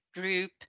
group